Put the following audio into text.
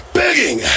begging